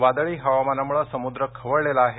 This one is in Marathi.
वादळी हवामानामुळे समुद्र खवळलेला आहे